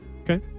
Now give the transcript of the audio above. Okay